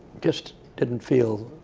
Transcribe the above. just didn't feel